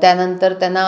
त्यानंतर त्यांना